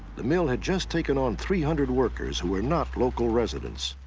the mill had just taken on three hundred workers who were not local residents.